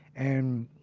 and,